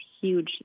huge